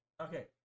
Okay